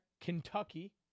Kentucky